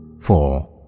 four